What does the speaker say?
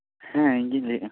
ᱦᱮᱸ ᱤᱧᱜᱮᱧ ᱞᱟᱹᱭᱮᱜᱼᱟ